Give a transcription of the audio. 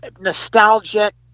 nostalgic